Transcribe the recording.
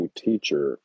teacher